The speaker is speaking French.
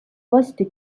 poste